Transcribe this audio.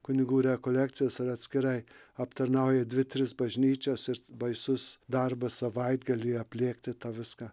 kunigų rekolekcijas ar atskirai aptarnauja dvi tris bažnyčias ir baisus darbas savaitgalį aplėkti tą viską